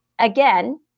again